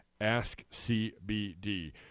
AskCBD